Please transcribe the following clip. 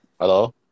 Hello